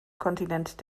kontinent